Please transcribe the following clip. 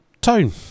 Tone